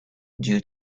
due